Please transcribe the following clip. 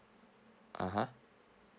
(uh huh)